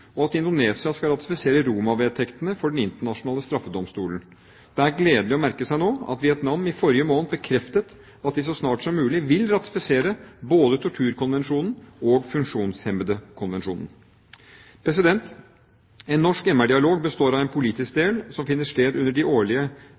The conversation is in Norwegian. og at Indonesia skal ratifisere Roma-vedtektene for Den internasjonale straffedomstol. Det er gledelig å merke seg nå at Vietnam i forrige måned bekreftet at de så snart som mulig vil ratifisere både torturkonvensjonen og funksjonshemmedekonvensjonen. En norsk MR-dialog består av en politisk del som finner sted under de